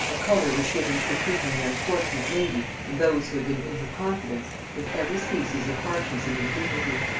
a color was given for treating the unfortunate lady and those who had been in her confidence with every species of harshness and indignity,